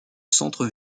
centre